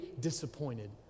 disappointed